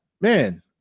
man